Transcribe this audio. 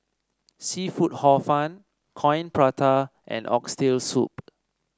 seafood Hor Fun Coin Prata and Oxtail Soup